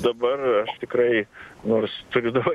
dabar aš tikrai nors turiu daug